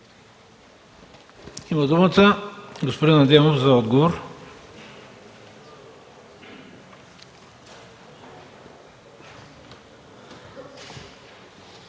Има думата господин Адемов за отговор.